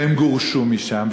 והם גורשו משם,